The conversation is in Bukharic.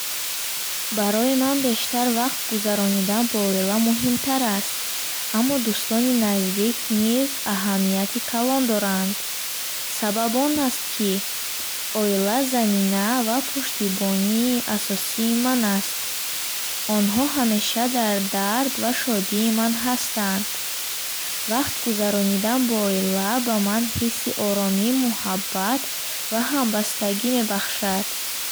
Барои ман бештар вақт гузаронидан бо оила муҳимтар аст, аммо дӯстони наздик низ аҳамияти калон доранд. Сабаб он аст, ки оила замина ва пуштибонии асосии ман аст. Онҳо ҳамеша дар дард ва шодии ман ҳастанд. Вақт гузаронидан бо оила ба ман ҳисси оромӣ, муҳаббат ва ҳамбастагӣ мебахшад.